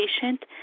patient